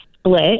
split